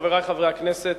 חברי חברי הכנסת,